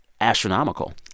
astronomical